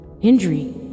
injury